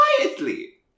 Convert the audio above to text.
QUIETLY